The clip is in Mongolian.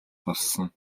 болсон